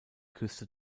küste